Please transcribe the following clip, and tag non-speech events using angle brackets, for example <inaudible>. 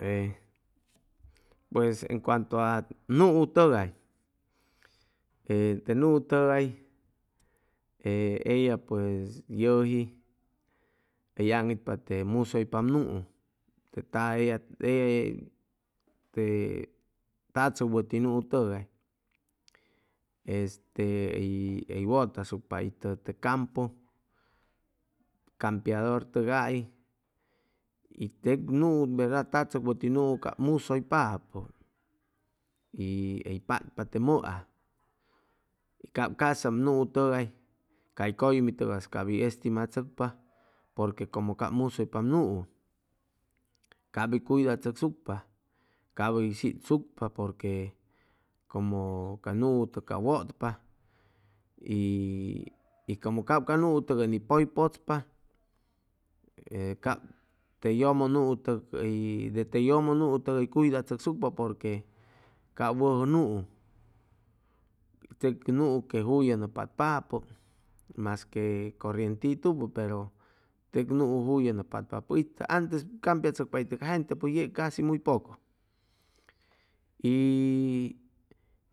E pues en cuanto a nuu tʉgay e te nuu tʉgay e ella pues yʉji hʉy aŋitpa te musʉypap nuu <hesitation> te tachʉk wʉti nuu tʉgay este hʉy wʉtasucpa itʉ te campu campiador tʉgais y tec tec nuu verda tachʉk wʉti nuu cap musʉypapʉ y hʉy patpa te mʉa cap ca'sa nuu tʉgay cay cʉyumi tʉgay cap hʉy estimachʉcpa porque como cap musʉypap nuu cap hʉy cuidachʉcsucpa cap hʉy shitsucpa porque como ca nuu tʉg cap wʉtpa y como cap ca nuu ʉ ni pʉy pʉchpa e cap te yʉmʉ nuu tec de te yʉmʉ nuu tʉgay cuidachʉcsucpa porque cap wʉjʉ nuu tec nuu que juyʉnʉ patpapʉ masque corrientitupʉ pero tec nuu juyʉnʉ patpapʉ itʉ antes campiachʉcpa itʉ ca gente pe yeg casi muy poco